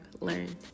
learned